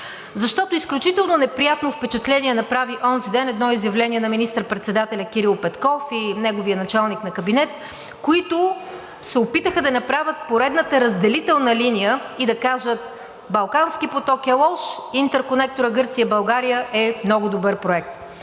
проект. Изключително неприятно впечатление направи едно изявление на министър-председателя Кирил Петков и неговия началник на кабинета, които се опитаха да направят поредната разделителна линия и да кажат: Балкански поток е лош, интерконекторът Гърция –България е много добър проект.